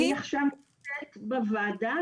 היא עכשיו נמצאת בוועדה,